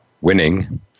winning